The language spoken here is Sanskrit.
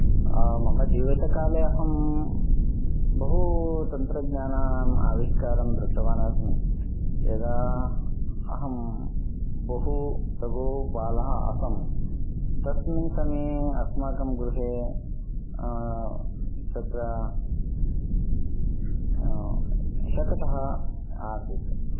मम जीवितकाले अहं बहु तन्त्रज्ञानानाम् आविष्कारं दृष्टवान् अस्मि यदा अहं बहु लघुबालः आसम् तस्मिन् समये अस्माकं गृहे तत्र शकटः आसीत्